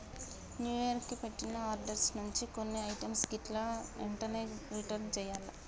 new year కి పెట్టిన orders నుంచి కొన్ని ఐటమ్స్ గిట్లా ఎంటనే రిటర్న్ చెయ్యాల్ల